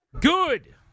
Good